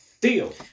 Deal